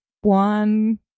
one